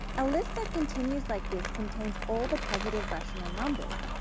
a list that continues like this contains all the positive rational numbers.